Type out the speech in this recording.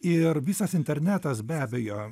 ir visas internetas be abejo